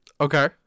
Okay